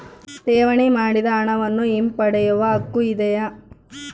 ಠೇವಣಿ ಮಾಡಿದ ಹಣವನ್ನು ಹಿಂಪಡೆಯವ ಹಕ್ಕು ಇದೆಯಾ?